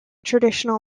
traditional